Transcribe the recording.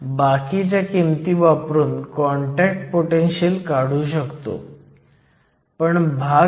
म्हणून येथे सर्व काही ज्ञात आहे आपण संख्या बदलू शकतो आणि I gen हा 1